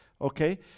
Okay